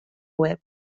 web